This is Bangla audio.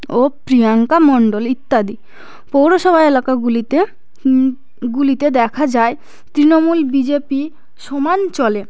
ও প্রিয়াঙ্কা মণ্ডল ইত্যাদি পৌরসভা এলাকাগুলিতে গুলিতে দেখা যায় তৃণমূল বিজেপি সমান চলে